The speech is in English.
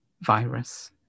virus